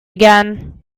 again